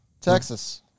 Texas